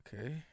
Okay